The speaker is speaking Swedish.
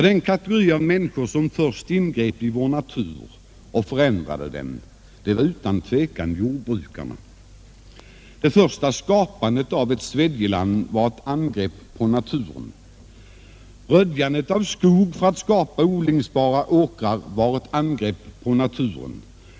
Den kategori av människor som först ingrep i vår natur och förändrade den var utan tvekan jordbrukarna. Det första skapandet av ett svedjeland var ett angrepp på naturen. Röjandet av skog för att skapa odlingsbara åkrar var också ett angrepp på naturen.